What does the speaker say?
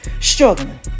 struggling